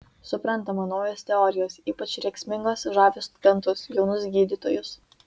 suprantama naujos teorijos ypač rėksmingos žavi studentus jaunus gydytojus